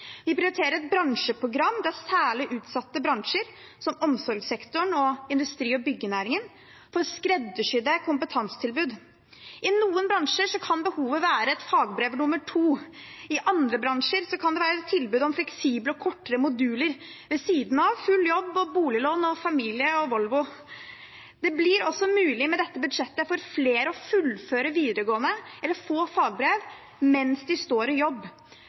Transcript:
Vi prioriterer et bransjeprogram der særlig utsatte bransjer, som omsorgssektoren og industri- og byggenæringen, får skreddersydde kompetansetilbud. I noen bransjer kan behovet være et fagbrev nr. 2. I andre bransjer kan det være et tilbud om fleksible og kortere moduler, ved siden av full jobb, boliglån, familie og Volvo. Det blir også mulig med dette budsjettet for flere å fullføre videregående eller få fagbrev mens de står i jobb.